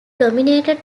dominated